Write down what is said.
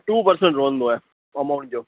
two percent रहंदो आहे amount जो